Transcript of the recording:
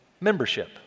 membership